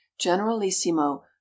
generalissimo